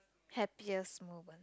happiest moment